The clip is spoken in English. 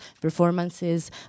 performances